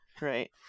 Right